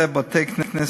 בכלל זה בתי-כנסת,